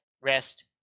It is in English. rest